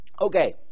okay